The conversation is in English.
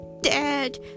dad